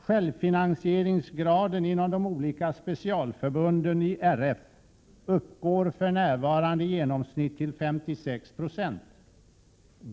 Självfinansieringsgraden inom de olika specialförbunden i RF uppgår för närvarande till 56 6 i genomsnitt.